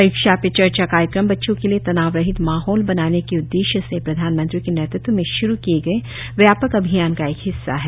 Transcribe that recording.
परीक्षा पे चर्चा कार्यक्रम बच्चों के लिए तनावरहित माहौल बनाने के उद्देश्य से प्रधानमंत्री के नेतृत्व में श्रु किए गए व्यापक अभियान का एक हिस्सा है